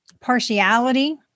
partiality